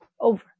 over